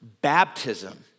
baptism